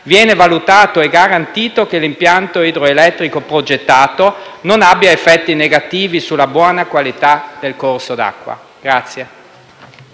viene valutato e garantito che l'impianto idroelettrico progettato non abbia effetti negativi sulla buona qualità del corso d'acqua.